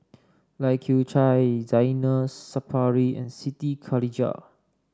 Lai Kew Chai Zainal Sapari and Siti Khalijah